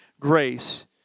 Grace